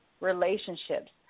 relationships